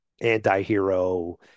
anti-hero